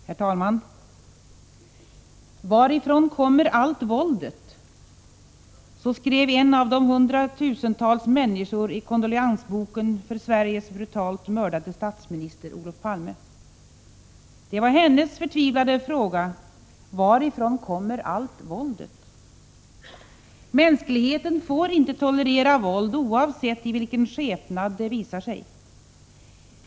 Herr talman! ”Varifrån kommer allt våldet?” Så skrev en av hundratusentals människor i kondoleansboken för Sveriges brutalt mördade statsminister Olof Palme. Det var hennes förtvivlade fråga: ”Varifrån kommer allt våldet?” Mänskligheten får inte tolerera våld, oavsett i vilken skepnad det visar sig.